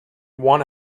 one